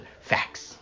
facts